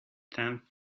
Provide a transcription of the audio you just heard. tenth